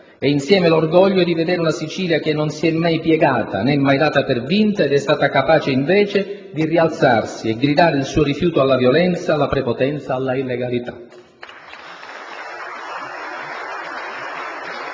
e, insieme, l'orgoglio di vedere una Sicilia che non s'è mai piegata né mai data per vinta e che è stata capace, invece, di rialzarsi e gridare il suo rifiuto alla violenza, alla prepotenza, all'illegalità.